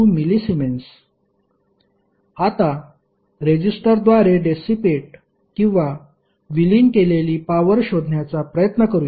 2mS आता रेजिस्टरद्वारे dissipate किंवा विलीन केलेली पॉवर शोधण्याचा प्रयत्न करूया